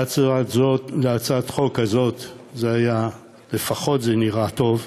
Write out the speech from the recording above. להצעת החוק הזו, לפחות זה נראה טוב,